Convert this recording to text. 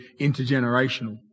intergenerational